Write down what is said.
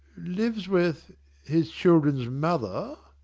lives with his children's mother!